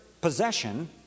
possession